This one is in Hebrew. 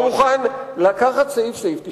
אני מוכן לקחת סעיף-סעיף ולבחון אותם.